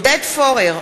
נגד עודד פורר,